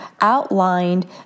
outlined